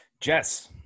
jess